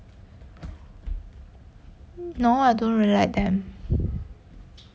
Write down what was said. no lah don't really like them